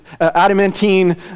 adamantine